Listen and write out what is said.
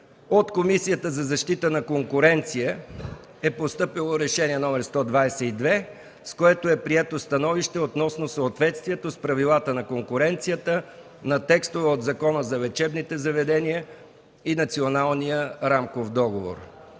От Комисията за защита на конкуренцията е постъпило Решение № 122, с което е прието становище относно съответствието с правилата на конкуренцията на текстовете от Закона за лечебните заведения и Националният рамков договор.